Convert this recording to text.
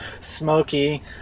Smoky